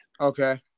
Okay